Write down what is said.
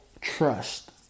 Trust